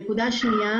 דבר שני,